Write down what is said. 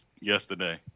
yesterday